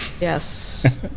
yes